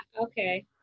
okay